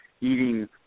eating